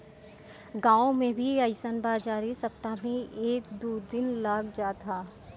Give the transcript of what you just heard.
गांव में भी अइसन बाजारी सप्ताह में एक दू दिन लाग जात ह